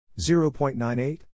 0.98